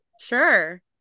sure